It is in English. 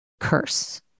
curse